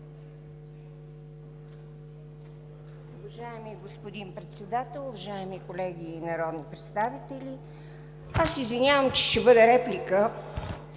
Уважаеми господин Председател, уважаеми колеги народни представители! Извинявам се, че ще бъде реплика,